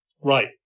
Right